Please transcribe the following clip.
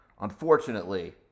unfortunately